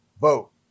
vote